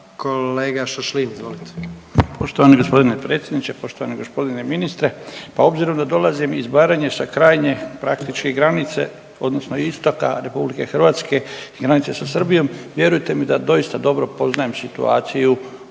Kolega Šašlin, izvolite. **Šašlin, Stipan (HDZ)** Poštovani g. predsjedniče, poštovani g. ministre. Pa obzirom da dolazim iz Baranje, sa krajnje, praktički granice, odnosno istoka RH i granice sa Srbijom, vjerujte mi da doista dobro poznajem situaciju